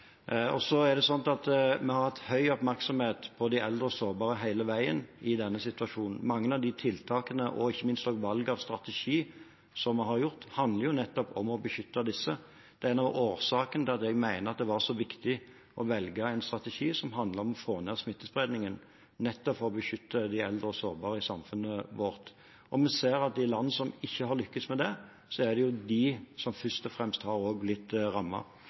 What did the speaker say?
Vi har hatt stor oppmerksomhet om de eldre og sårbare hele veien i denne situasjonen. Mange av tiltakene og ikke minst valget av strategi som vi har gjort, handler nettopp om å beskytte disse. Det er en av årsakene til at jeg mener det var så viktig å velge en strategi som handler om å få ned smittespredningen. Det var nettopp for å beskytte de eldre og sårbare i samfunnet vårt. Vi ser at i land som ikke har lyktes med det, er det de som først og fremst har blitt rammet. Det er noen av de tiltakene som er innført, bl.a. på sykehjemmene og